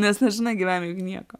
nes nežinai gyvenime gi nieko